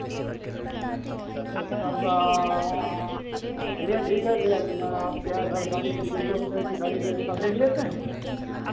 अच्छा जैसे अब चलिए ठीक है फिर अपना सारी कम्प्यूटर उटर की सारी व्यवस्था देख लेते हैं